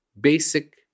Basic